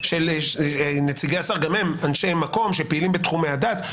גם הם אנשי המקום שפעילים בתחומי הדת.